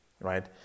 Right